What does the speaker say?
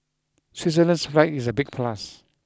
Switzerland's flag is a big plus